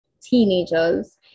teenagers